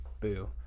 boo